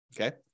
Okay